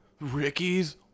Ricky's